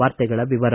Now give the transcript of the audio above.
ವಾರ್ತೆಗಳ ವಿವರ